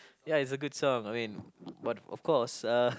ya it's a good song I mean but of course uh